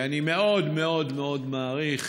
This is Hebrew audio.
אני מאוד מאוד מעריך,